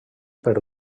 per